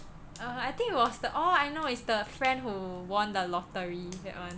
uh I think it was the orh I know is the friend who won the lottery that one